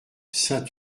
saint